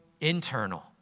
internal